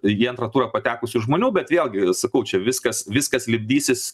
į antrą turą patekusių žmonių bet vėlgi sakau čia viskas viskas lipdytis